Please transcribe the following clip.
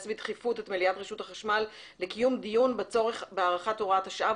בדחיפות את מליאת רשות החשמל לקיום דיון בצורך בהארכת הוראת השעה.